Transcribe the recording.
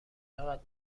چقدر